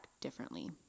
differently